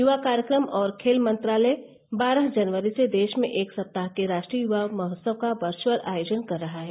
युवा कार्यक्रम और खेल मंत्रालय बारह जनवरी से देश में एक सप्ताह के राष्ट्रीय युवा महोत्सव का वर्चअल आयोजन कर रहा है